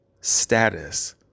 status